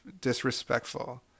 disrespectful